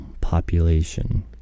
Population